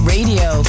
Radio